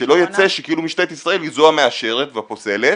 שלא ייצא שכאילו משטרת ישראל היא זו המאשרת והפוסלת